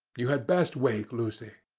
you had best wake lucy.